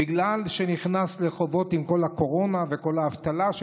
בגלל שנכנס לחובות עם כל הקורונה וכל האבטלה.